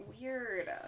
weird